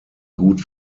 gut